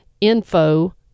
info